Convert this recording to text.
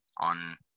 on